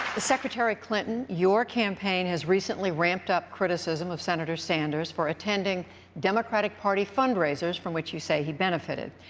secretary clinton, your campaign has recently ramped up criticism of senator sanders for attending democratic party fundraisers from which you say he benefited.